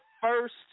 first